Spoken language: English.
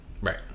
Right